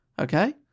okay